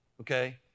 okay